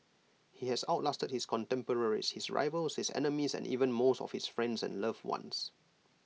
he has out lasted his contemporaries his rivals his enemies and even most of his friends and loved ones